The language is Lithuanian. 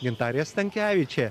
gintarė stankevičė